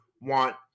want